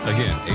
Again